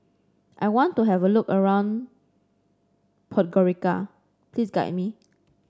I want to have a look around Podgorica please guide me